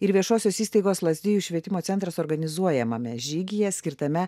ir viešosios įstaigos lazdijų švietimo centras organizuojamame žygyje skirtame